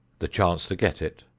the chance to get it,